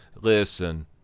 Listen